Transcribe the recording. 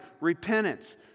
repentance